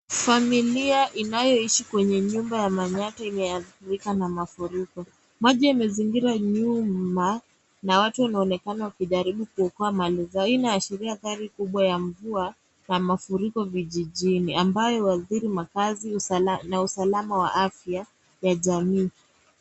Familia inayoishi kwenye nyumba ya manyata imeathirika na mafuriko, maji yamezingira nyuma, na watu wanajaribu kuokoa mali zao, hii inaashiria hali kubqa ya mvua na mafuriko vijijini, ambayo huathiri makaazi na usalama wa afya, ya jamii.